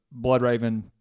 Bloodraven